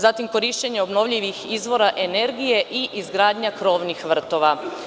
Zatim, korišćenje obnovljivih izvora energije i izgradnja krovnih vrtova.